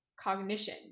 cognition